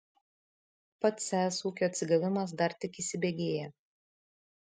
pats es ūkio atsigavimas dar tik įsibėgėja